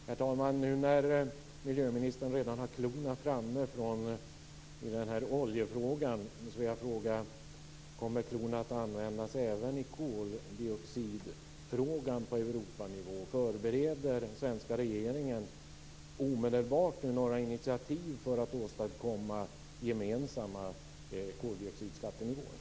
Herr talman! Nu när miljöministern redan har klorna framme i oljefrågan vill jag fråga: Kommer klorna att användas även i koldioxidfrågan på Europanivå? Förbereder svenska regeringen omedelbart några initiativ för att åstadkomma gemensamma koldioxidskattenivåer?